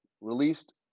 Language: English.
released